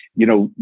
you know,